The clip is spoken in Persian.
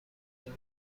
بدین